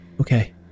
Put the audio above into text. Okay